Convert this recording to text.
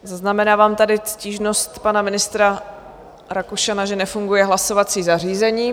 Zaznamenávám tady stížnost pana ministra Rakušana, že nefunguje hlasovací zařízení.